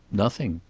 nothing.